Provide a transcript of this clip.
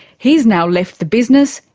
he's now left the business,